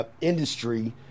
Industry